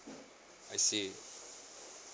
I see